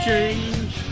Change